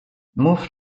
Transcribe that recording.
mów